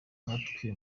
nkatwe